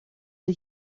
для